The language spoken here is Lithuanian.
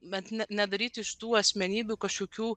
bet ne nedaryti iš tų asmenybių kažkokių